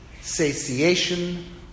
satiation